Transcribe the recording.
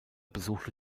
besuchte